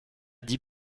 dix